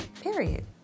Period